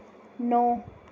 नौ